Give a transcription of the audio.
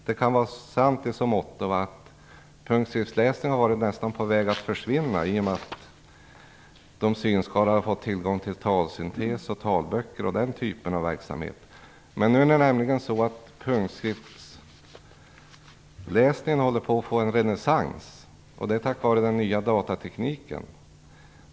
Det kan vara sant i så måtto att punktskriftsläsning har varit på väg att nästan försvinna i och med att de synskadade fått tillgång till talsyntes och talböcker o.d. Men nu håller punktskriftläsningen på att uppleva en renässans tack vare den nya datatekniken.